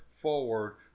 forward